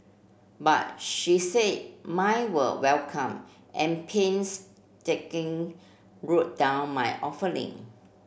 but she said mine were welcome and painstaking wrote down my offering